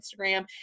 Instagram